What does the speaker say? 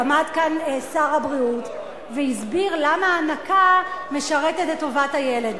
עמד כאן שר הבריאות והסביר למה הנקה משרתת את טובת הילד.